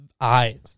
eyes